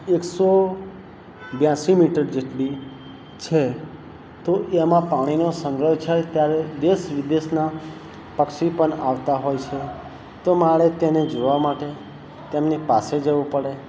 એકસો બ્યાંસી મીટર જેટલી છે તો એમાં પાણીનો સંગ્રહ થાય ત્યારે દેશ વિદેશનાં પક્ષી પણ આવતા હોય છે તો મારે તેને જોવા માટે તેમની પાસે જવું પડે